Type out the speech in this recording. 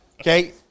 Okay